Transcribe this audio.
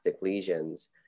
lesions